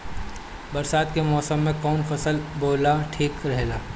बरसात के मौसम में कउन फसल बोअल ठिक रहेला?